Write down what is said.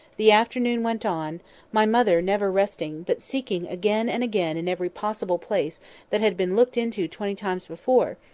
the afternoon went on my mother never resting, but seeking again and again in every possible place that had been looked into twenty times before,